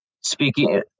speaking